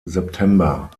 september